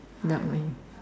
dark mind